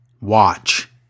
watch